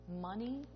money